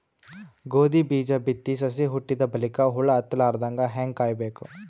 ಗೋಧಿ ಬೀಜ ಬಿತ್ತಿ ಸಸಿ ಹುಟ್ಟಿದ ಬಲಿಕ ಹುಳ ಹತ್ತಲಾರದಂಗ ಹೇಂಗ ಕಾಯಬೇಕು?